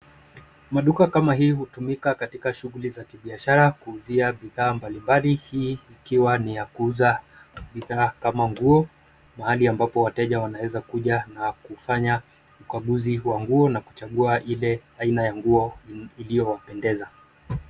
Maduka kama hii hutumika katika shughuli za kibiashara kuuzia bidhaa mbalimbali, hii ikiwa ni ya kuuza bidhaa kama nguo, mahali ambapo wateja wanaweza kuja na kufanya ukaguzi wa nguo, na kuchagua ile aina ya nguo iliyo wapendeza.